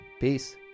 Peace